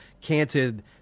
canted